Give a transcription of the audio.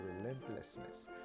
relentlessness